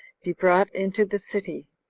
he brought into the city,